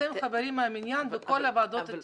אתם חברים מן המניין בכל ועדות התכנון.